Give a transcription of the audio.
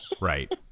Right